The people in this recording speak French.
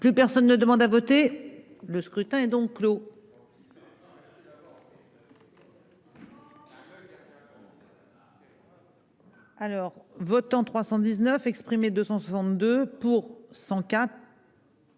Plus personne ne demande à voter Le scrutin est donc clos. Alors votants 319 exprimés, 262 pour 104.